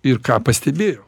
ir ką pastebėjau